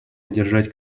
одержать